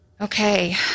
Okay